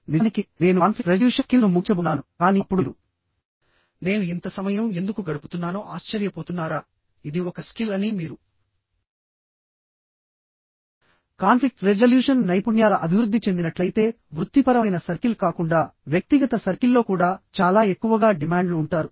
నిజానికి నేను conflict resolution skills ను ముగించబోతున్నాను కానీ అప్పుడు మీరునేను ఇంత సమయం ఎందుకు గడుపుతున్నానో ఆశ్చర్యపోతున్నారా ఇది ఒక స్కిల్ అని మీరు కాన్ఫ్లిక్ట్ రెజల్యూషన్ నైపుణ్యాల అభివృద్ధి చెందినట్లయితే వృత్తిపరమైన సర్కిల్ కాకుండా వ్యక్తిగత సర్కిల్లో కూడా చాలా ఎక్కువగా డిమాండ్ ల్ ఉంటారు